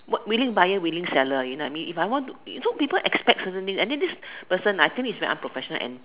willing buyer willing seller you know what I mean if I want to so people expect certain things and then this person ah I think is very unprofessional and